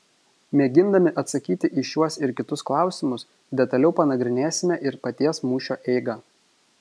mėgindami atsakyti į šiuos ir kitus klausimus detaliau panagrinėsime ir paties mūšio eigą